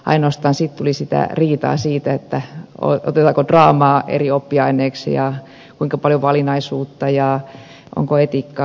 ainoastaan tuli riitaa siitä otetaanko draama eri oppiaineeksi ja kuinka paljon on valinnaisuutta ja onko etiikkaa